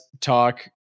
talk